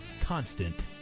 constant